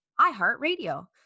iHeartRadio